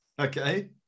Okay